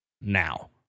now